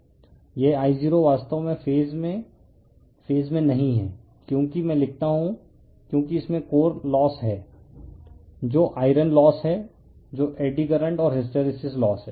refer slide time 2418 यह I0 वास्तव में फेज में फेज में नहीं है क्योंकि मैं लिखता हूं क्योंकि इसमें कोर लोस है जो आयरन लोस है जो एड़ी करंट और हिस्टैरिसीस लोस है